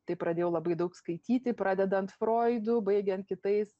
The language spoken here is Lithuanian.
tai pradėjau labai daug skaityti pradedant froidu baigiant kitais